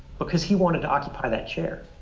because he wanted to occupy that chair,